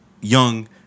young